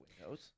windows